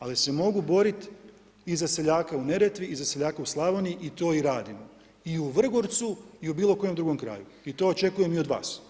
Ali, se mogu boriti i za seljaka u Neretvi i za seljaka u Slavoniji i to i radimo i u Vrgorcu i u bilo kojem drugom kraju i to očekujem i od vas.